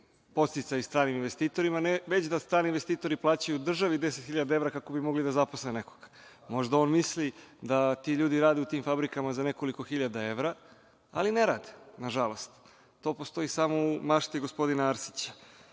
podsticaje stranim investitorima, već da strani investitori plaćaju državi 10 hiljada evra kako bi mogli da zaposle nekog. Možda on misli da ti ljudi rade u tim fabrikama za nekoliko hiljada evra, ali ne rade nažalost. To postoji samo u mašti gospodina Arsića. Uporno